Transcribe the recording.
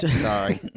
Sorry